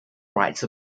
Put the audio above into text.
rights